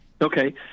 Okay